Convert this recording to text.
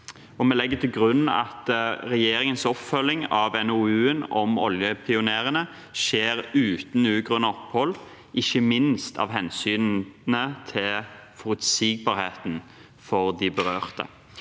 vi legger til grunn at regjeringens oppfølging av NOU-en om oljepionerene skjer uten ugrunnet opphold, ikke minst av hensyn til forutsigbarheten for de berørte.